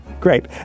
Great